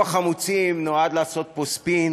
נאום החמוצים נועד לעשות פה ספין